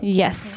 Yes